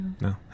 No